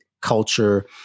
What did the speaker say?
culture